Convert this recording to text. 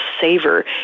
saver